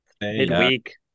midweek